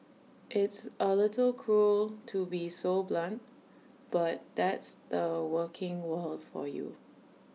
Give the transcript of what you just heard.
it's A little cruel to be so blunt but that's the working world for you